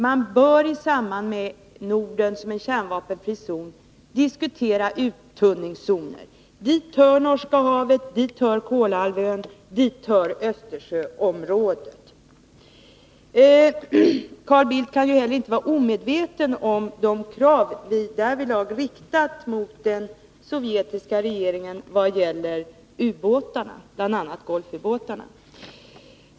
Man bör i samband med Norden som en kärnvapenfri zon diskutera uttunningszoner. Dit hör Norska havet, Kolahalvön och Östersjöområdet. Carl Bildt kan ju inte heller vara omedveten om de krav vi riktat mot den sovjetiska regeringen i vad gäller ubåtarna, bl.a. Golfubåtarna.